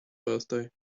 birthday